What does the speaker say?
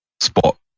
spot